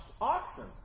oxen